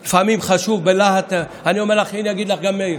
אני אומר לך, הינה, יגיד לך גם מאיר,